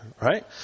right